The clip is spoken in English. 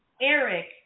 Eric